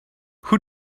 who